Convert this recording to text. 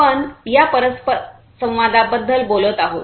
आपण या परस्परसंवादाबद्दल बोलत आहोत